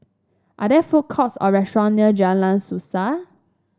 are there food courts or restaurant near Jalan Suasa